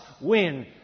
win